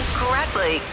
correctly